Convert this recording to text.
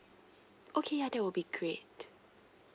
okay ya that'll be great